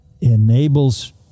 enables